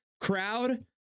crowd